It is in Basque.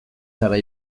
zara